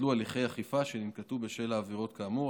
ויתבטלו הליכי אכיפה שננקטו בשל העבירות, כאמור.